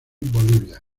bolivia